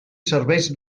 serveis